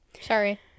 Sorry